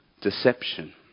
deception